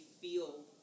feel